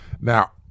Now